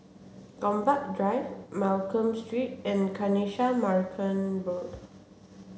Gombak Drive Mccallum Street and Kanisha Marican Road